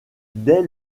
dès